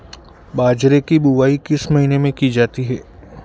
बाजरे की बुवाई किस महीने में की जाती है?